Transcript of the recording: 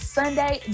Sunday